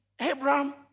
Abraham